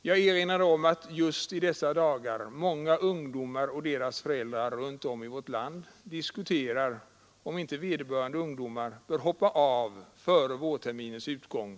Jag erinrade om att just i dessa dagar många ungdomar och deras föräldrar runt om i vårt land diskuterar, om inte vederbörande ungdomar bör hoppa av före vårterminens utgång.